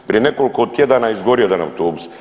Prije nekoliko tjedana izgorio jedan autobus.